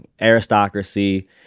aristocracy